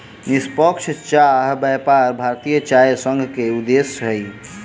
निष्पक्ष चाह व्यापार भारतीय चाय संघ के उद्देश्य अछि